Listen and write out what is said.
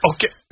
Okay